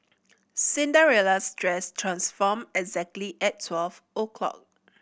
Cinderella's dress transformed exactly at twelve o'clock